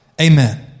Amen